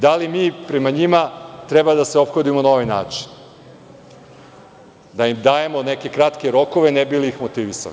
Da li mi prema njima treba da se ophodimo na ovaj način, da im dajemo neke kratke rokove da bi ih motivisali?